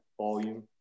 volume